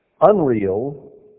unreal